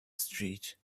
street